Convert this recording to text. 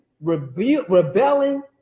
rebelling